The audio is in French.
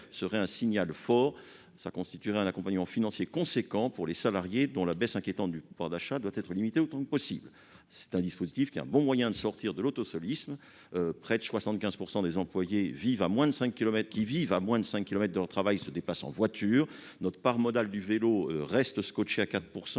donc un signal fort et un accompagnement financier intéressant pour les salariés, dont la baisse inquiétante du pouvoir d'achat doit être limitée autant que possible. Ce dispositif est par ailleurs un bon moyen de sortir de l'autosolisme. Près de 75 % des employés qui vivent à moins de 5 kilomètres de leur travail se déplacent en voiture. Notre part modale du vélo reste scotchée à 4